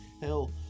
hell